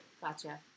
Gotcha